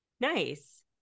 Nice